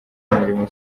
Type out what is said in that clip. umurimo